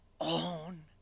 on